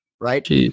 right